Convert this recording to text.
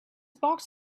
box